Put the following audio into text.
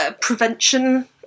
prevention